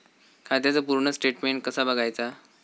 खात्याचा पूर्ण स्टेटमेट कसा बगायचा?